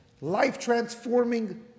life-transforming